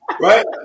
Right